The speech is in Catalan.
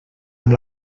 amb